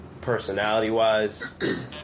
personality-wise